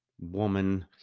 woman